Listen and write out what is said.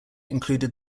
included